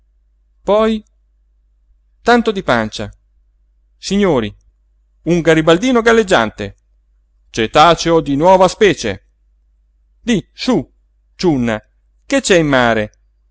poi tanto di pancia signori un garibaldino galleggiante cetaceo di nuova specie di sú ciunna che c'è in mare